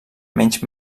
menys